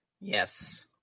Yes